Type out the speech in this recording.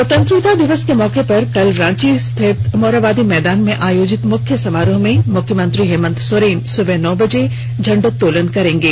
स्वतंत्रता दिवस के मौके पर कल रांची स्थित मोरहाबादी मैदान में आयोजित मुख्य समारोह में मुख्यमंत्री हेमंत सोरेन सुबह नौ बजे झंडोत्तोलन करेंगे